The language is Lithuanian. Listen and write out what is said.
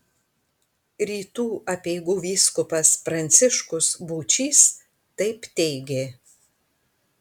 rytų apeigų vyskupas pranciškus būčys taip teigė